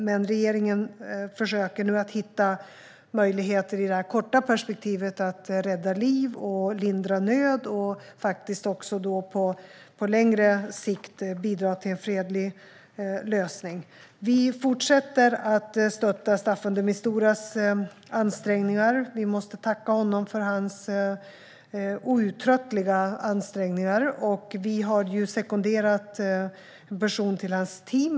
Men regeringen försöker nu hitta möjligheter i det korta perspektivet att rädda liv och lindra nöd och att på längre sikt bidra till en fredlig lösning. Vi fortsätter att stötta Staffan de Misturas ansträngningar. Vi måste tacka honom för hans outtröttliga ansträngningar. Vi har sekonderat en person till hans team.